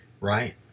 right